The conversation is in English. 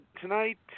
tonight